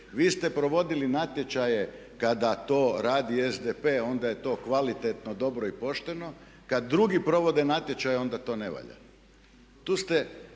vi ste provodili natječaje kada to radi SDP onda je to kvalitetno, dobro i pošteno. Kad drugi provode natječaje onda to ne valja.